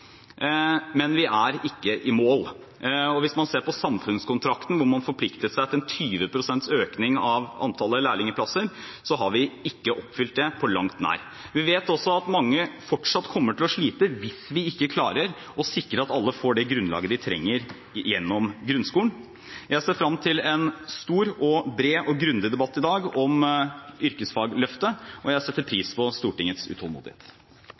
men vi er ikke i mål. Hvis man ser på samfunnskontrakten, hvor man forpliktet seg til en 20 pst. økning i antallet lærlingplasser, har vi ikke oppfylt det – på langt nær. Vi vet også at mange fortsatt kommer til å slite hvis vi ikke klarer å sikre at alle får det grunnlaget de trenger gjennom grunnskolen. Jeg ser frem til en stor, bred og grundig debatt i dag om Yrkesfagløftet, og jeg setter pris på Stortingets utålmodighet.